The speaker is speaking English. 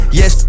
yes